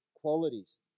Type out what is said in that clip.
qualities